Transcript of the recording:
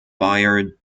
bayer